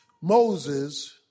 Moses